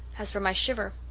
as for my shiver,